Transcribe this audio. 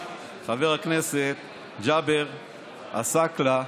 חבר הכנסת ג'אבר עסאקלה.